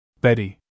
Betty